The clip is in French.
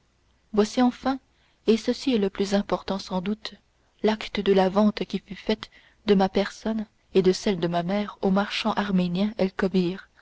voici enfin et ceci est le plus important sans doute l'acte de la vente qui fut faite de ma personne et de celle de ma mère au marchand arménien el kobbir